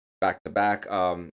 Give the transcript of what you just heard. back-to-back